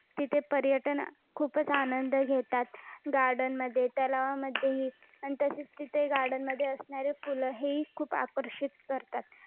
तिथे पर्यटन खूपच आनंद घेतात गार्डनमध्ये तलावामध्येही तसेच तिथे गार्डनमध्ये असणारे फुलं हे ही खूप आकर्षित करतात